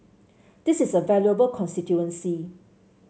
this is a valuable constituency